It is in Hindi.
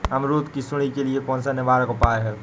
अमरूद की सुंडी के लिए कौन सा निवारक उपाय है?